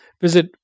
visit